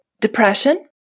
depression